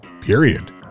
period